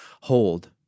hold